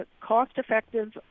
cost-effective